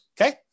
okay